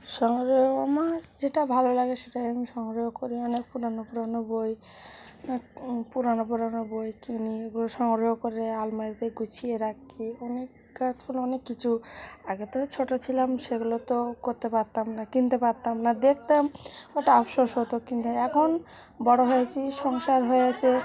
সংগ্রহ আমার যেটা ভালো লাগে সেটাই আমি সংগ্রহ করি অনেক পুরনো পুরনো বই অনেক পুরনো পুরনো বই কিনি এগুলো সংগ্রহ করে আলমারিতে গুছিয়ে রাখি অনেক গাছপালা অনেক কিছু আগে তো ছোট ছিলাম সেগুলো তো করতে পারতাম না কিনতে পারতাম না দেখতাম ওটা আফসোস হতো কিন্তু এখন বড় হয়েছি সংসার হয়েছে